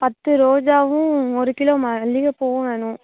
பத்து ரோஜாவும் ஒரு கிலோ மல்லிகைப்பூவும் வேணும்